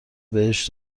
بهش